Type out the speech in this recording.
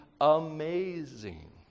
amazing